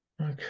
okay